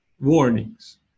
warnings